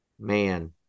man